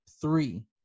Three